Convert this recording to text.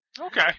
Okay